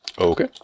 Okay